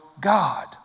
God